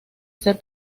ser